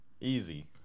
easy